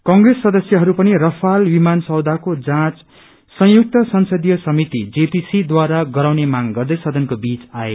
कंग्रेस सदस्यहरू पनि रफाल विमान सौदाको जाँच संयुक्त संसदीय समिति जेपीसी द्वारा गराउने मांग गर्दै सदनको विच आए